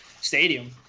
stadium